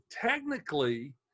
technically